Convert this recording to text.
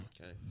Okay